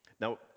Now